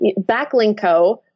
Backlinko